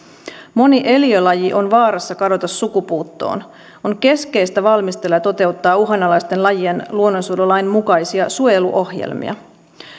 moni eliölaji on vaarassa kadota sukupuuttoon on keskeistä valmistella ja toteuttaa uhan alaisten lajien luonnonsuojelulain mukaisia suojeluohjelmia